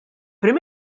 prim